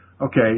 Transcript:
okay